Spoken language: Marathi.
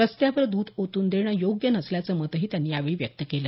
रस्त्यावर दूध ओतून देणं योग्य नसल्याचं मतही त्यांनी यावेळी व्यक्त केलं